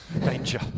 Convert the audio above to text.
Danger